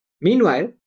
Meanwhile